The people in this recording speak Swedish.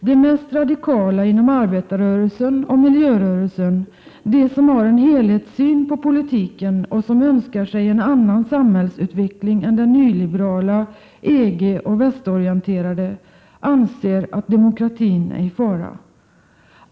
De mest radikala inom arbetarrörelsen och miljörörelsen, de som har en helhetssyn på politiken och som önskar sig en annan samhällsutveckling än den nyliberala, EG och västorienterade, anser att demokratin är i fara.